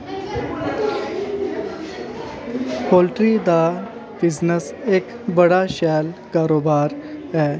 poultry दा business इक्क बड़ा शैल कारोबार ऐ